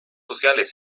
sociales